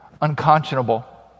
unconscionable